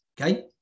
Okay